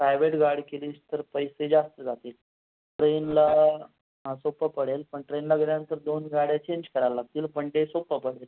private गाडी केलीस तर पैसे जास्त जातील ट्रेनला हां सोपं पडेल पण ट्रेनला गेल्यानंतर दोन गाड्या चेंज करायला लागतील पण ते सोपं पडेल